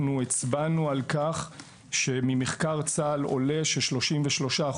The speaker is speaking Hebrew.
אנחנו הצבענו על כך שממחקר של צה"ל עולה כי 33%